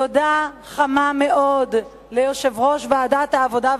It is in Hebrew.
תודה חמה מאוד ליושב-ראש ועדת העבודה,